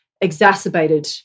exacerbated